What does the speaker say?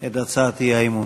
את הצעת האי-אמון.